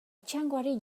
txangoari